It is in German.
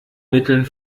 mitteln